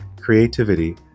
creativity